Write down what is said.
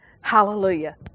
hallelujah